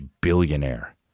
billionaire